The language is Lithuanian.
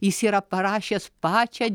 jis yra parašęs pačią